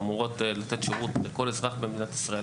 ואמורות לתת שירות לכל אזרח במדינת ישראל,